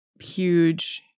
huge